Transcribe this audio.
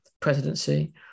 presidency